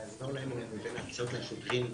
בבקשה.